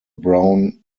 brown